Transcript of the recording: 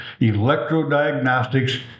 electrodiagnostics